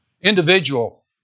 individual